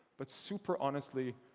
but, super honestly,